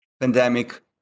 pandemic